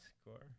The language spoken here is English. score